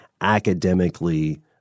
academically